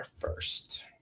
first